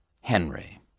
henry